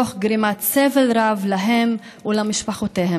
תוך גרימת סבל רב להם ולמשפחותיהם.